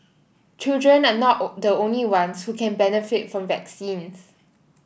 children are not the only ones who can benefit from vaccines